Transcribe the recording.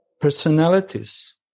personalities